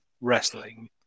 wrestling